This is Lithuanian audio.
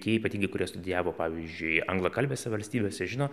tie ypatingai kurie studijavo pavyzdžiui anglakalbėse valstybėse žino